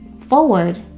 forward